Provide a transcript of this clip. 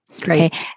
Great